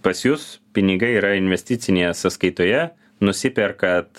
pas jus pinigai yra investicinėje sąskaitoje nusiperkat